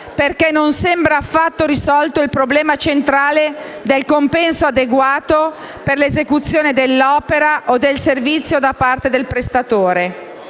perché non sembra affatto risolto il problema centrale del compenso adeguato per l'esecuzione dell'opera o del servizio da parte del prestatore.